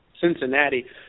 Cincinnati